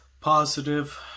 positive